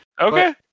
Okay